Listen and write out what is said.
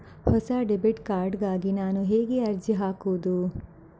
ಹೊಸ debit card ಗಾಗಿ ನಾನು ಹೇಗೆ ಅರ್ಜಿ ಹಾಕುದು?